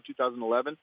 2011